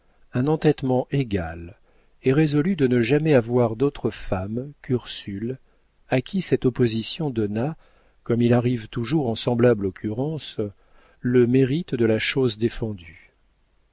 un entêtement égal et résolut de ne jamais avoir d'autre femme qu'ursule à qui cette opposition donna comme il arrive toujours en semblable occurrence le mérite de la chose défendue